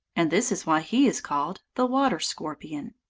and this is why he is called the water-scorpion.